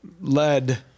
led